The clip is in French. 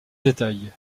détail